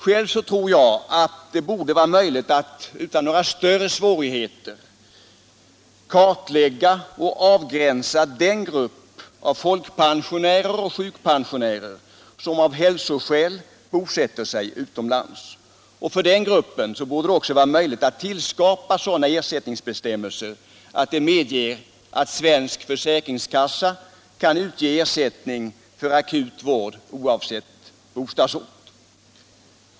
Själv tror jag att det borde vara möjligt att utan större svårigheter kartlägga och avgränsa den grupp av folkpensionärer och sjukpensionärer som av hälsoskäl bosätter sig utomlands. För denna grupp borde det vara möjligt att tillskapa sådana ersättningsbestämmelser som medger att svensk försäkringskassa kan utge ersättning för akut vård oavsett bostadsort.